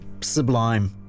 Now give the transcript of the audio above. sublime